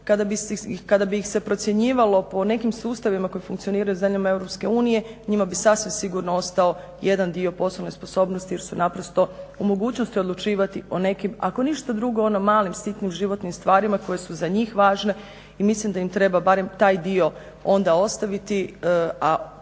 Kada bi ih se procjenjivalo po nekim sustavima koji funkcioniraju u zemljama EU, njima bi sasvim sigurno ostao jedan dio poslovne sposobnosti jer su naprosto u mogućnosti odlučivati o nekim, ako ništa drugo ono o malim životnim sitnim stvarima koji su za njih važne i mislim da im treba barem taj dio onda ostaviti,